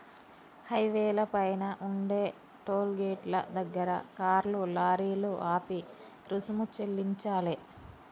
హైవేల పైన ఉండే టోలు గేటుల దగ్గర కార్లు, లారీలు ఆపి రుసుము చెల్లించాలే